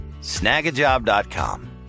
Snagajob.com